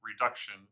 reduction